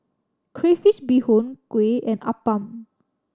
crayfish beehoon kuih and appam